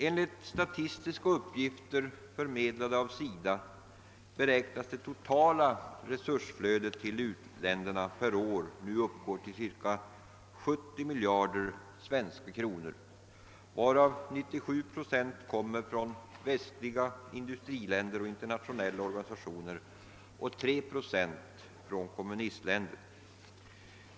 Enligt statistiska uppgifter, förmedlade av SIDA, beräknas det totala resursflödet till u-länderna per år för närvarande uppgå till cirka 70 miljarder svenska kronor, varav 97 procent från västliga industriländer och internationella organisationer och 3 procent från kommunistländer.